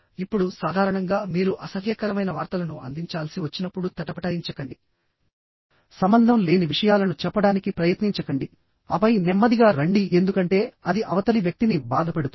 ఇప్పుడుసాధారణంగా మీరు అసహ్యకరమైన వార్తలను అందించాల్సి వచ్చినప్పుడు తటపటాయించకండిసంబంధం లేని విషయాలను చెప్పడానికి ప్రయత్నించకండిఆపై నెమ్మదిగా రండి ఎందుకంటే అది అవతలి వ్యక్తిని బాధపెడుతుంది